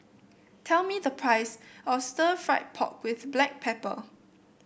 tell me the price of Stir Fried Pork with Black Pepper